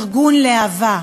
ארגון להב"ה.